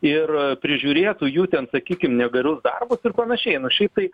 ir prižiūrėtų jų ten sakykim negerus darbus ir panašiai nu šiaip tai